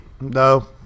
No